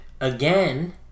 again